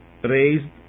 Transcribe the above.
Raised